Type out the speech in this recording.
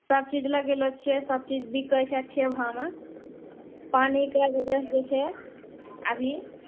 सब चीज लगेलो छियै सब चीज बिकै छै अच्छे भावमे पानिके वजहसँ जे छै अभी